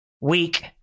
weak